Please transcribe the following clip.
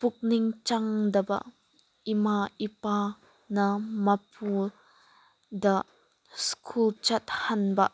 ꯄꯨꯛꯅꯤꯡ ꯆꯪꯗꯕ ꯏꯃꯥ ꯏꯄꯥꯅ ꯃꯄꯨꯗ ꯁ꯭ꯀꯨꯜ ꯆꯠꯍꯟꯕ